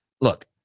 Look